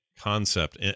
concept